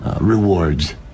rewards